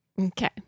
Okay